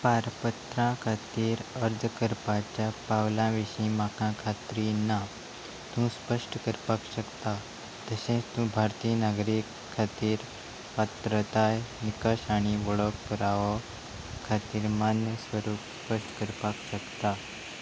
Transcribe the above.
पारपत्रा खातीर अर्ज करपाच्या पावलां विशीं म्हाका खात्री ना तूं स्पश्ट करपाक शकता तशेंच तूं भारतीय नागरीक खातीर पात्रताय निकश आनी वळख रावो खातीर मान्य स्वरूप स्पश्ट करपाक शकता